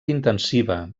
intensiva